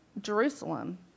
Jerusalem